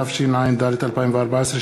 התשע"ד 2014,